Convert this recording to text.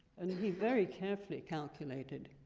and he very carefully calculated